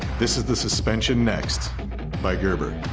this is the suspension next by gerber